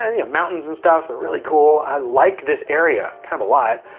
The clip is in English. and yeah mountains and stuff are really cool. i like this area, kind of a lot.